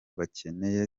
bakeneye